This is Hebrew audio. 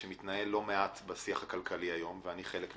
שמתנהל לא מעט בשיח הכלכלי היום, ואני חלק מזה,